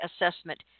assessment